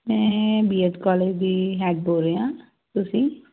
ਮੈਂ B S college ਦੀ head ਬੋਲ ਰਿਹਾ ਤੁਸੀਂ